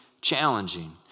challenging